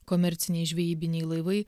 komerciniai žvejybiniai laivai